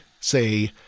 say